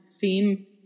theme